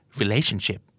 relationship